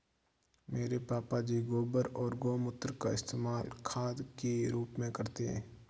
मेरे पापा जी गोबर और गोमूत्र का इस्तेमाल खाद के रूप में करते हैं